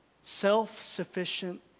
self-sufficient